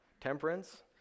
temperance